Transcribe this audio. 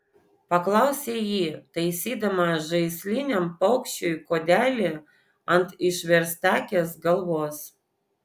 paklausė ji taisydama žaisliniam paukščiui kuodelį ant išverstakės galvos